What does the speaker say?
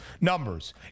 numbers